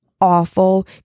awful